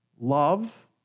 love